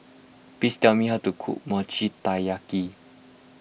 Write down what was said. please tell me how to cook Mochi Taiyaki